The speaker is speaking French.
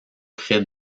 près